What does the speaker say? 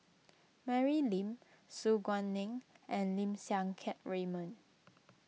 Mary Lim Su Guaning and Lim Siang Keat Raymond